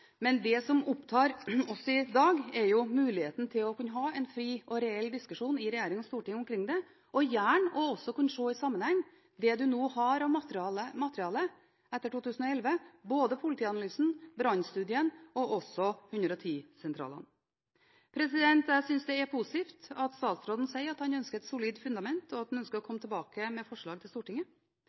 Men det som opptar oss i dag, er muligheten til å kunne ha en fri og reell diskusjon i regjering og storting omkring dette, og gjerne også kunne se i sammenheng det en har av materiale etter 2011, både politianalysen, brannstudien og også om 110-sentralene. Jeg synes det er positivt at statsråden sier at han ønsker et solid fundament, og at han ønsker å komme tilbake med forslag til Stortinget.